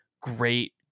great